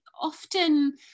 often